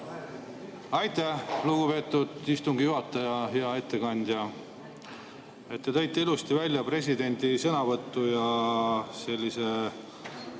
Aitäh, lugupeetud istungi juhataja! Hea ettekandja! Te tõite ilusti välja presidendi sõnavõtu ja sellise